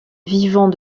vivant